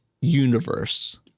universe